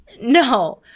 No